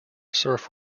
surf